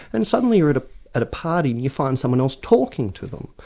and suddenly you're at ah at a party and you find someone else talking to them.